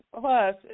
Plus